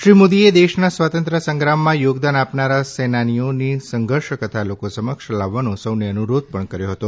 શ્રી મોદીએ દેશના સ્વતંત્રતા સંગ્રામમાં યોગદાન આપનારા સેનાનીઓની સંઘર્ષકથા લોકો સમક્ષ લાવવાનો સૌને અનુરોધ પણ કર્યો હતો